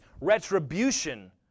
retribution